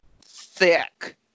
thick